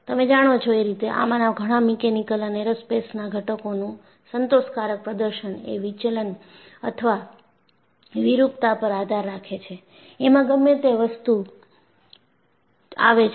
તમે જાણો છો એ રીતેઆમાંના ઘણા મિકેનિકલ અને એરોસ્પેસના ઘટકોનું સંતોષકારક પ્રદર્શન એ વિચલન અથવા વિરૂપતા પર આધાર રાખે છે એમાં ગમે તે વસ્તુ આવે છે